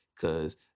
Cause